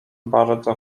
bardzo